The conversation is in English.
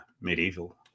medieval